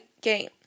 game